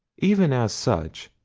even as such,